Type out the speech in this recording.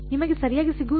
ನಿಮಗೆ ಸರಿಯಾಗಿ ಸಿಗುವುದಿಲ್ಲ